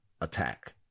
attack